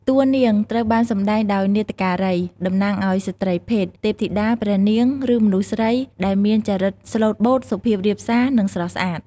តួនាងត្រូវបានសម្ដែងដោយនាដការី តំណាងឲ្យស្រ្តីភេទ ទេពធីតា ព្រះនាង ឬមនុស្សស្រីដែលមានចរិតស្លូតបូត សុភាពរាបសា និងស្រស់ស្អាត។